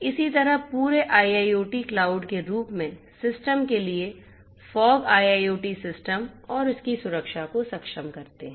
इसी तरह पूरे IIoT क्लाउड के रूप में सिस्टम के लिए फोग IIoT सिस्टम और इसकी सुरक्षा को सक्षम करते हैं